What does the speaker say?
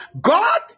God